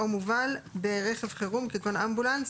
או מובל ברכב חירום כגון אמבולנס,